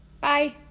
Bye